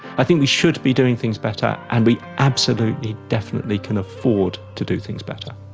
i think we should be doing things better and we absolutely, definitely can afford to do things better.